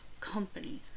company